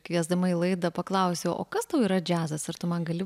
kviesdama į laidą paklausiau o kas tau yra džiazas ar tu man gali